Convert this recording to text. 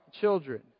children